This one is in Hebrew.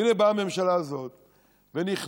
והינה באה הממשלה הזאת ונכנעת.